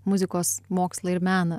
muzikos mokslą ir meną